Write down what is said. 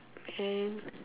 man